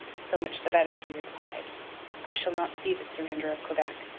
so much the better he replied i shall not see the surrender of quebec